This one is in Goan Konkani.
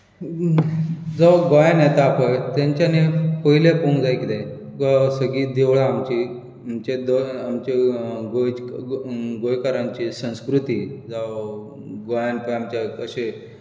जो गोंयांत येता पय तेंच्यांनी पयलें पोवूंक जाय कितें सोबीत देवळां आमची आमचे गोंयकारांची संस्कृती जावं गोंयांत पय आमच्या अशें